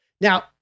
Now